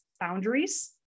boundaries